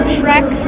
Shrek